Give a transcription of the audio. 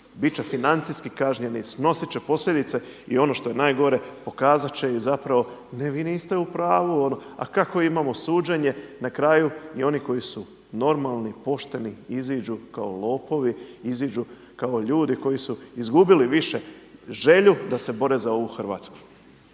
će financijski kažnjeni, snosit će posljedice i ono što je najgore pokazat će i zapravo ne vi niste u pravu, a kakvo imamo suđenje, na kraju i oni koji su normalni, pošteni iziđu kao lopovi, iziđu kao ljudi koji su izgubili više želju da se bore za ovu Hrvatsku.